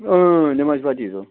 نٮ۪مازِ پتہٕ ییٖزٮ۪و